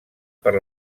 per